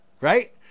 right